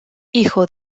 hijo